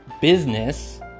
business